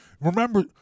Remember